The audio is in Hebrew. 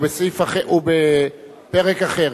הוא בפרק אחר.